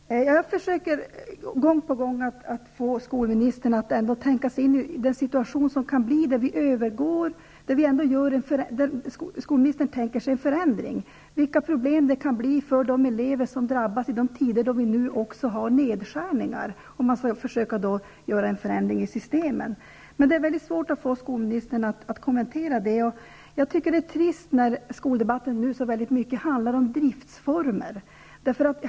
Herr talman! Jag har försökt gång på gång att få skolministern att ändå tänka igenom situationen och se vilka problem det kan bli för de elever som drabbas i dessa tider, då vi också har nedskärningar och man skall försöka genomföra en förändring av systemet. Men det är väldigt svårt att få skolministern att kommentera det. Jag tycker att det är trist att skoldebatten nu så väldigt mycket handlar om driftsformer.